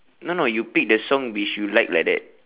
no no you pick the song which you like like that